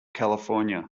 california